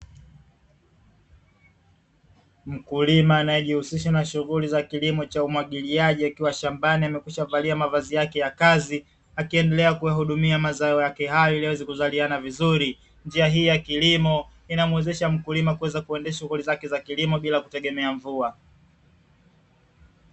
Mkulima anayejihusisha na kilimo cha umwagiliaji akiwa shambani, amekwisha vaa mavazi yake ya kazi. Akiendelea kuyahudumia mazao yake hayo, ili yaweze kuzaliana vizuri njia hiyo ya kilimo unamuwezesha mkulima kuweza kuendesha shughuli za kilimo bila kutegemea mvua.